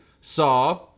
saw